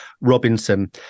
Robinson